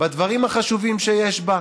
בדברים החשובים שיש בה,